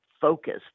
focused